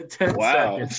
Wow